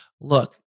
Look